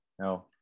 No